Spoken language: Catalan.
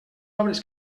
obres